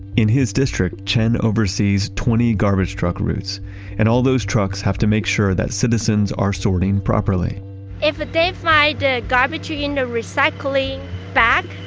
in his district, chen oversees twenty garbage truck routes and all those trucks have to make sure that citizens are sorting properly if they find garbage into recycling bag,